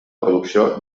producció